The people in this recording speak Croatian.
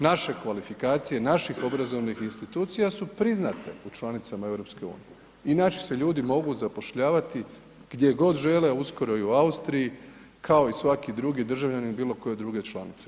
Naše kvalifikacije naših obrazovnih institucija su priznate u članicama EU i naši se ljudi mogu zapošljavati gdje god žele, uskoro i u Austriji kao i svaki drugi državljanin bilo koje druge članice.